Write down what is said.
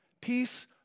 Peace